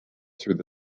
through